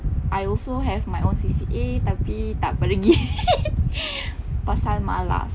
I also have my own C_C_A tapi tak apa lagi pasal malas